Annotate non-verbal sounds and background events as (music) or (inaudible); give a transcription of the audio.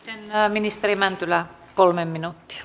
ministeri mäntylä kolme minuuttia (unintelligible)